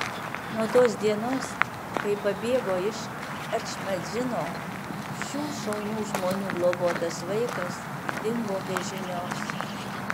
nuo tos dienos kai pabėgo iš ečmiadzino šių šaunių žmonių globotas vaikas dingo be žinios